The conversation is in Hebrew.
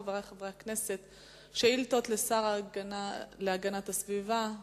חברי חברי הכנסת: שאילתות לשר להגנת הסביבה,